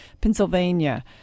Pennsylvania